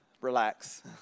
Relax